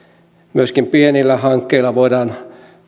myöskin pienillä hankkeilla voidaan